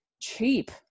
cheap